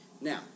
now